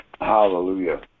Hallelujah